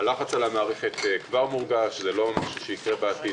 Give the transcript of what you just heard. הלחץ על המערכת כבר מורגש זה לא משהו שיקרה בעתיד,